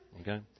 Okay